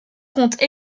compte